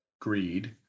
greed